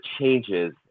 changes